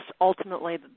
ultimately